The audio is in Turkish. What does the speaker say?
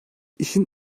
i̇şin